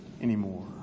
anymore